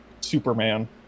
Superman